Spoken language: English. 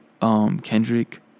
Kendrick